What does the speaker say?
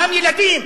דם ילדים.